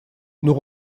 nous